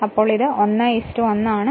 അത് ഇപ്പോൾ 1 1 ആണ്